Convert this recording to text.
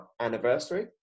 anniversary